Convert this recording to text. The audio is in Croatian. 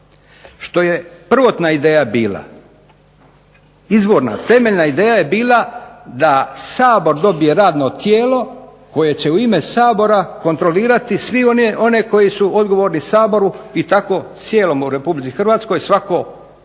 Što je prvotna ideja bila. Izvorna, temeljna ideja je bila da Sabor dobije radno tijelo koje će u ime Sabora kontrolirati sve one koji su odgovorni Saboru i tako … u RH svako predstavničko